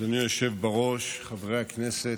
אדוני היושב בראש, חברי הכנסת,